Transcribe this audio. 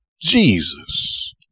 Jesus